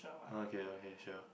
okay okay sure